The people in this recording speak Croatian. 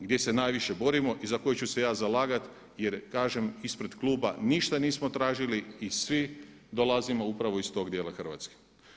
gdje se najviše borimo i za koju ću se ja zalagati jer kažem, ispred kluba ništa nismo tražili i svi dolazimo upravo iz tog dijela Hrvatske.